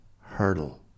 hurdle